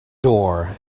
door